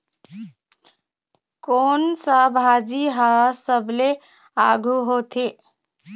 कोन सा भाजी हा सबले आघु होथे?